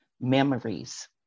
memories